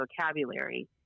vocabulary